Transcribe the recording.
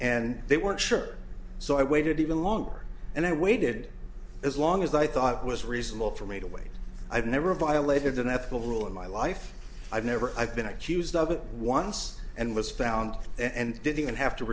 and they weren't sure so i waited even longer and i waited as as long i thought was reasonable for me to wait i've never violated an ethical rule in my life i've never i've been accused of it once and was found and didn't have to